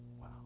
Wow